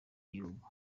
igihugu